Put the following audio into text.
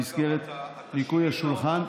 במסגרת ניקוי השולחן.